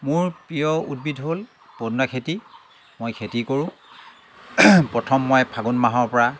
মোৰ প্ৰিয় উদ্ভিদ হ'ল পদিনা খেতি মই খেতি কৰোঁ প্ৰথম মই ফাগুন মাহৰ পৰা